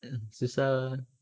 mm susah